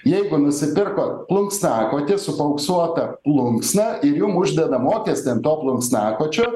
jeigu nusipirkot plunksnakotį su paauksuota plunksna ir jum uždeda mokestį ant to plunksnakočio